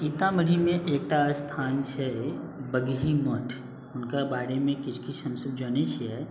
सीतामढ़ीमे एकटा स्थान छै बगही मठ हुनकर बारेमे किछु किछु हमसब जानै छिए